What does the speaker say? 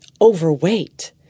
overweight